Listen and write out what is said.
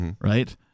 right